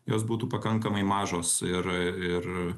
jos būtų pakankamai mažos ir